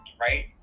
right